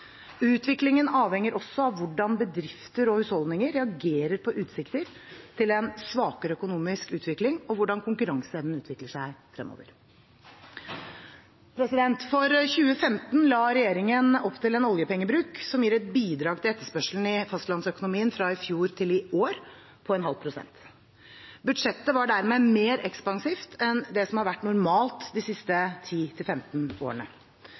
Utviklingen avhenger også av hvordan bedrifter og husholdninger reagerer på utsikter til en svakere økonomisk utvikling, og hvordan konkurranseevnen utvikler seg fremover. For 2015 la regjeringen opp til en oljepengebruk som gir et bidrag til etterspørselen i fastlandsøkonomien fra i fjor til i år på 0,5 pst. Budsjettet var dermed mer ekspansivt enn det som har vært normalt de siste